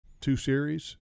two-series